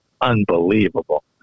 unbelievable